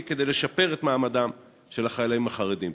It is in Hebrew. כדי לשפר את מעמדם של החיילים החרדים?